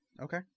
Okay